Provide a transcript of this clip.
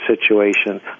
situation